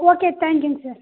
okay தேங்க்யூங்க sir